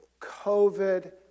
COVID